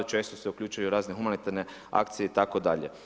Često se uključuju u razne humanitarne akcije itd.